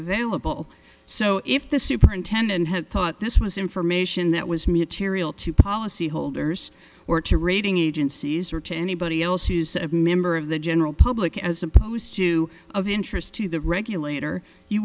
available so if the superintendent had thought this was information that was mute tiriel to policyholders or to rating agencies or to anybody else who's a member of the general public as opposed to of interest to the regulator you